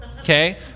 okay